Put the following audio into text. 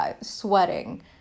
sweating